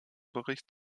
bericht